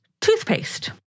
toothpaste